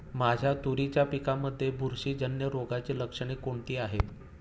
माझ्या तुरीच्या पिकामध्ये बुरशीजन्य रोगाची लक्षणे कोणती आहेत?